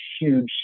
huge